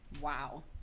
Wow